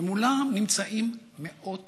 ומולם נמצאים מאות